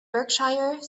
berkshire